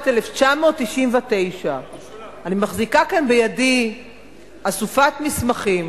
1999. אני מחזיקה כאן בידי אסופת מסמכים